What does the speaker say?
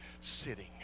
sitting